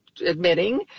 admitting